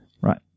Right